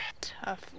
Tough